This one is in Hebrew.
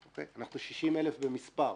אנחנו 60,000 במספר,